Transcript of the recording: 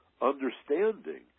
understanding